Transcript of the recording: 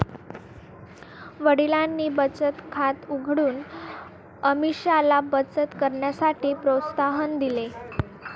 वडिलांनी बचत खात उघडून अमीषाला बचत करण्यासाठी प्रोत्साहन दिले